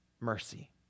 mercy